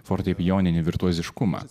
fortepijoninį virtuoziškumą